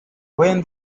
when